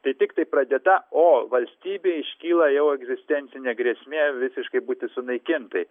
tai tiktai pradėta o valstybei iškyla jau egzistencinė grėsmė visiškai būti sunaikintai